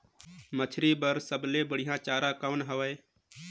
मछरी बर सबले बढ़िया चारा कौन हवय?